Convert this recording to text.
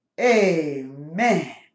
Amen